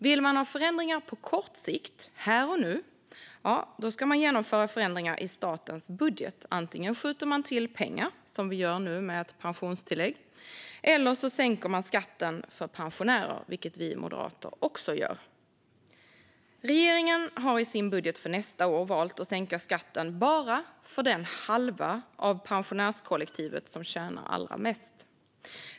Vill man ha förändringar på kort sikt, här och nu, ska man genomföra förändringar i statens budget. Antingen skjuter man till pengar, som vi nu gör med ett pensionstillägg, eller också sänker man skatten för pensionärer, som vi moderater också gör. Regeringen har i sin budget för nästa år valt att sänka skatten bara för den halva av pensionärskollektivet som tjänar allra mest.